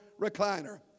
recliner